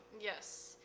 Yes